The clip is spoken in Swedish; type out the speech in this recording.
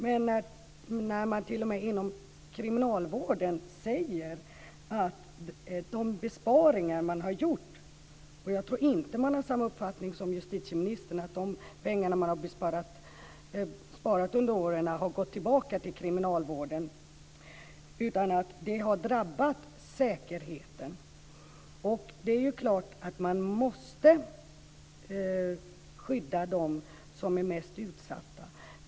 Men när man t.o.m. inom kriminalvården säger att de besparingar som gjorts - och jag tror inte att man har samma uppfattning som justitieministern att de pengar som sparats under åren gått tillbaka till kriminalvården - har drabbat säkerheten måste de skyddas som är mest utsatta.